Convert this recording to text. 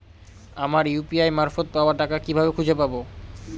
আমার ইউ.পি.আই মারফত পাওয়া টাকা কিভাবে খুঁজে পাব?